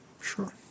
Sure